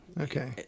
Okay